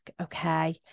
Okay